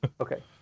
Okay